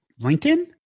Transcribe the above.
LinkedIn